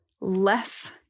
less